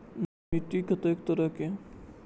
मिट्टी कतेक तरह के?